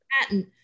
patent